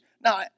Now